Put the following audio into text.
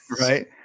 Right